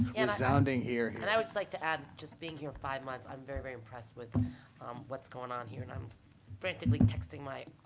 and resounding here, here. and i would like to add, just being here five months, i'm very, very impressed with what's going on here. and i'm frantically texting my